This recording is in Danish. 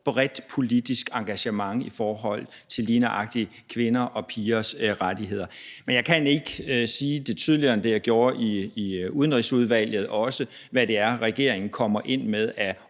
bredt politisk engagement i forhold til lige nøjagtig kvinders og pigers rettigheder. Men jeg kan ikke sige det tydeligere end det, jeg også sagde i Udenrigsudvalget, om, hvad det er, regeringen kommer med af